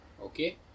Okay